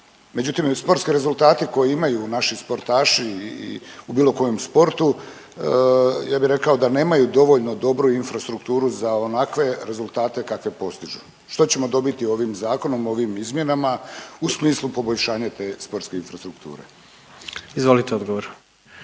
Međutim, sportski rezultati koje imaju naši sportaši u bilo kojem sportu, ja bi rekao da nemaju dovoljno dobru infrastrukturu za onakve rezultate kakve postižu. Što ćemo dobiti ovim zakonom, ovim izmjenama u smislu poboljšanja te sportske infrastrukture? **Jandroković,